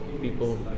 people